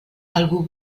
algú